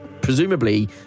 presumably